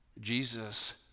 Jesus